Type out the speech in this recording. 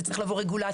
זה צריך לעבור רגולציה,